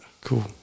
Cool